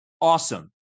awesome